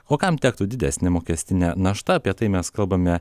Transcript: o kam tektų didesnė mokestinė našta apie tai mes kalbame